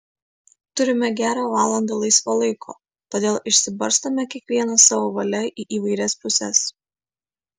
turime gerą valandą laisvo laiko todėl išsibarstome kiekvienas savo valia į įvairias puses